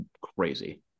crazy